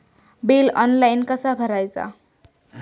Bill online कसा भरायचा?